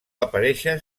aparèixer